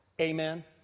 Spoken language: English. Amen